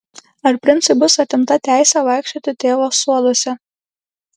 ar princui bus atimta teisė vaikščioti tėvo soduose